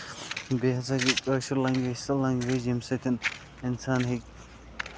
بیٚیہِ ہسا چھِ کٲشِر لینگویج سۄ لینگویج ییٚمہِ سۭتۍ اِنسان ہیٚکہِ